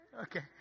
Okay